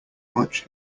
much